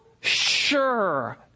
sure